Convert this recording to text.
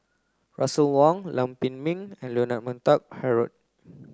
Russel Wong Lam Pin Min and Leonard Montague Harrod